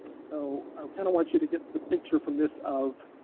so i kind of want you to get the picture from this of